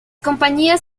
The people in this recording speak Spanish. compañías